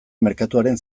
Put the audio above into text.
merkatuaren